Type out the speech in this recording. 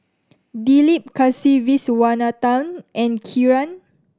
Dilip Kasiviswanathan and Kiran